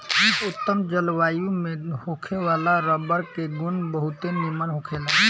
उत्तम जलवायु में होखे वाला रबर के गुण बहुते निमन होखेला